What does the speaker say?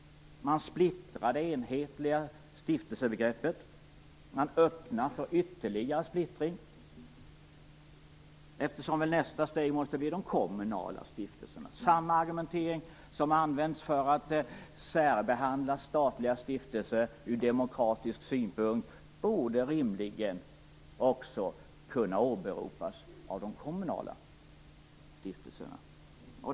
Man splittrar det enhetliga stiftelsebegreppet. Man öppnar för ytterligare splittring eftersom nästa steg väl måste bli de kommunala stiftelserna. Samma argumentering som används för att särbehandla statliga stiftelser ur demokratisk synpunkt borde rimligen också kunna åberopas av de kommunala stiftelserna.